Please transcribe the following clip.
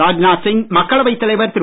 ராஜ்நாத் சிங் மக்களவை தலைவர் திரு